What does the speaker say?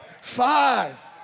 Five